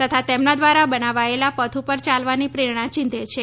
તથા તેમના દ્વારા બનાવાયેલા પથ પર ચાલવાની પ્રેરણા ચીંધે છે